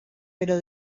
pero